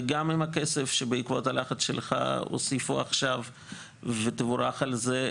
וגם עם הכסף שבעקבות הלחץ שלך הוסיפו עכשיו ותבורך על זה,